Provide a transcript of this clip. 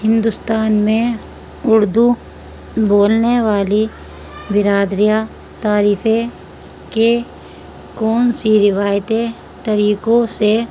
ہندوستان میں اردو بولنے والی برادریاں تعریفیں کے کون سی روایتیں طریقوں سے